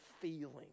feeling